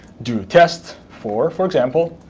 do a test four, for example,